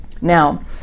Now